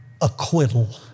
acquittal